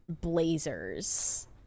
blazers